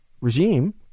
regime